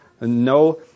no